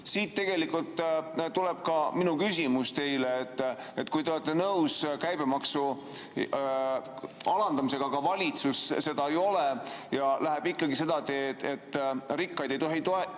Siit tegelikult tuleb ka minu küsimus teile. Kui te olete nõus käibemaksu alandamisega, aga valitsus ei ole ja läheb ikkagi seda teed, et rikkaid ei tohi toetada,